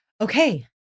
Okay